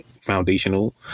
foundational